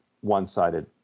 one-sided